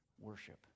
worship